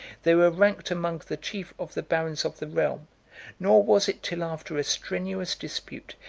they were ranked among the chief of the barons of the realm nor was it till after a strenuous dispute,